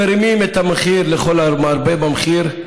מרימים את המחיר לכל המרבה במחיר.